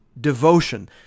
devotion